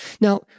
Now